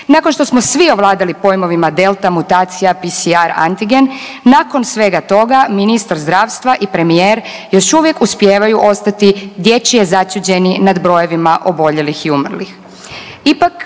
nakon što smo svi ovladali pojmovima Delta, mutacija, PCR, antigen, nakon svega toga ministar zdravstva i premijer još uvijek uspijevaju ostati dječje začuđeni nad brojevima oboljelih i umrlih.